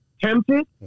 tempted